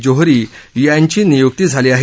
जोहरी यांची नियुक्ती झाली आहे